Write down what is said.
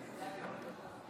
חברים,